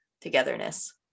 togetherness